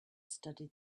studied